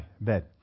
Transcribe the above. bed